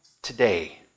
today